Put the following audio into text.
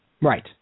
right